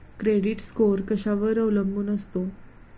Credit score कशावर अवलंबून असतो?